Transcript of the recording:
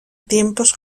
tiempos